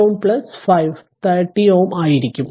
ഞാൻ ഇത് മായ്ക്കട്ടെ